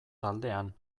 taldean